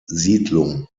siedlung